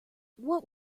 what